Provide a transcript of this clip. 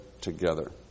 together